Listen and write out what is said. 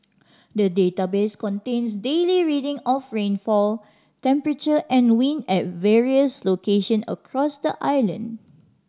the database contains daily reading of rainfall temperature and wind at various location across the island